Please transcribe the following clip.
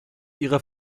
ihrer